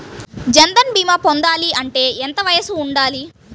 జన్ధన్ భీమా పొందాలి అంటే ఎంత వయసు ఉండాలి?